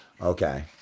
Okay